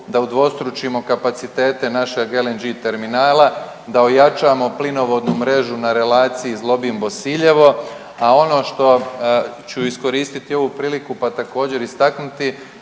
da udvostručimo kapacitete našeg LNG terminala, da ojačamo plinovodnu mrežu na relaciji Zlobin – Bosiljevo, a ono što ću iskoristiti ovu priliku, pa također istaknuti